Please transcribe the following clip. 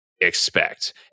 expect